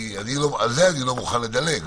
על זה אני לא מוכן לדלג,